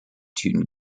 tuned